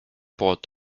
poolt